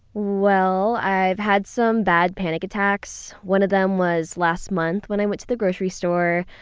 well, i've had some bad panic attacks. one of them was last month when i went to the grocery store.